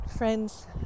Friends